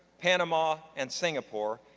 panama, and singapore,